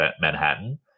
Manhattan